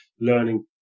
learning